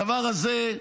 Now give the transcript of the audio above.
הדבר הזה,